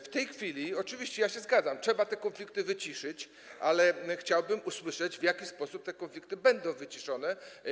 W tej chwili - oczywiście ja się zgadzam - trzeba te konflikty wyciszyć, ale chciałbym usłyszeć, w jaki sposób te konflikty będą wyciszone.